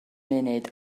munud